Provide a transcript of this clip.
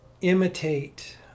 imitate